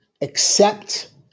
accept